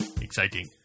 exciting